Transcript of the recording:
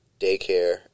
daycare